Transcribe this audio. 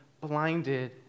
blinded